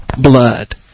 blood